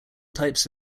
types